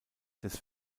des